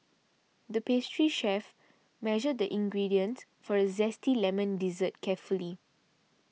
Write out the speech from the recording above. the pastry chef measured the ingredients for a Zesty Lemon Dessert carefully